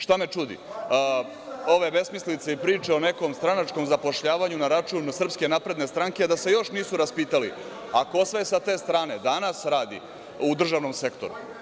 Šta me čudi – ove besmislice i priče o nekom stranačkom zapošljavanju na račun SNS, a da se još nisu raspitali - a ko sve sa te strane danas radi u državnom sektoru.